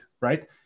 right